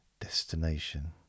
destination